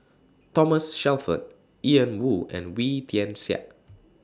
Thomas Shelford Ian Woo and Wee Tian Siak